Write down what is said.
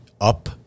up